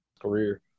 career